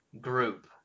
group